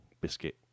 biscuit